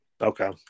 okay